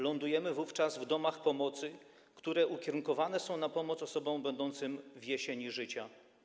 Lądujemy wówczas w domach pomocy, które ukierunkowane są na pomoc osobom będącym w jesieni życia.